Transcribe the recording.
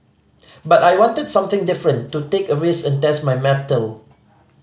but I wanted something different to take a risk and test my mettle